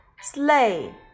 sleigh